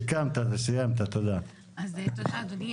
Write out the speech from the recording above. תודה אדוני.